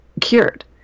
cured